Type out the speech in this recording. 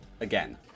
again